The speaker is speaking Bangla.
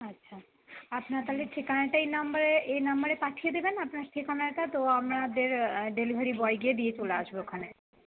আচ্ছা আপনার থালে ঠিকানাটা এই নম্বরে এই নম্বরে পাঠিয়ে দেবেন আপনার ঠিকানাটা তো আমাদের ডেলিভারি বয় গিয়ে দিয়ে চলে আসবে ওখানে